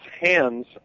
hands